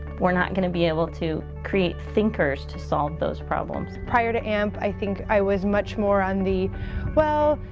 we're not going to be able to create thinkers to solve those problem. prior to amp i think i was much more on the well,